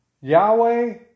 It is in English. Yahweh